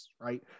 right